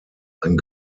ein